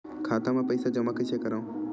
खाता म पईसा जमा कइसे करव?